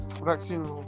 vaccine